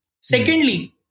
Secondly